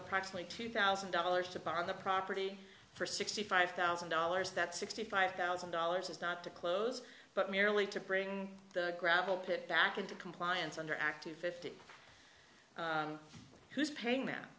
approximately two thousand dollars to park on the property for sixty five thousand dollars that sixty five thousand dollars is not to close but merely to bring the gravel pit back into compliance under active fifty who's paying them